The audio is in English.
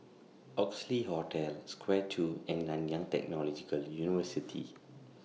Oxley Hotel Square two and Nanyang Technological University